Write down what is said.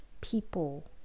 people